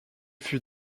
fut